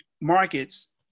markets